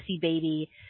baby